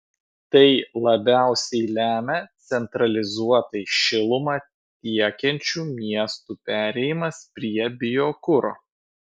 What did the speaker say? tai labiausiai lemia centralizuotai šilumą tiekiančių miestų perėjimas prie biokuro